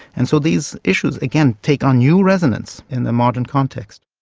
and so these issues, again, take on new resonance in the modern context.